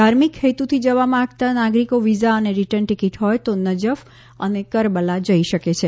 ધાર્મિક હેતુથી જવા માંગતા નાગરિકો વિઝા અને રીટર્ન ટીકીટ હોય તો નજફ અને કરબલા જઇ શકે છે